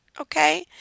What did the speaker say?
Okay